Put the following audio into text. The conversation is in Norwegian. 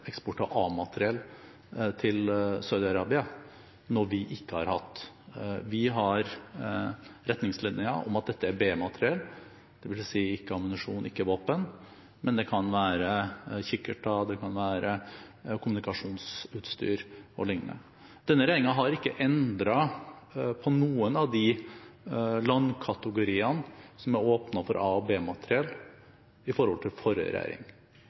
Vi har retningslinjer om at dette er B-materiell, dvs. ikke ammunisjon, ikke våpen, men det kan være kikkerter, det kan være kommunikasjonsutstyr o.l. Denne regjeringen har ikke endret på noen av de landkategoriene som er åpnet for A- og B-materiell, i forhold til forrige regjering.